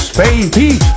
baby